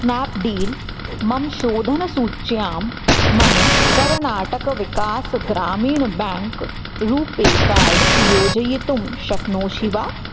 स्नाप्डील् मम शोधनसूच्यां मम कर्नाटकविकासग्रामीणः बेङ्क् रूपे कार्ड् योजयितुं शक्नोषि वा